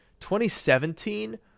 2017